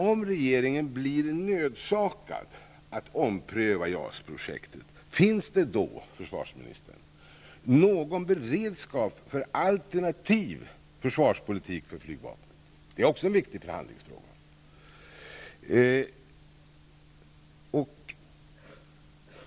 Om regeringen blir nödsakad att ompröva JAS projektet finns det då, försvarsministern, någon beredskap för alternativ försvarspolitik för flygvapnet? Det är också en viktig förhandlingsfråga.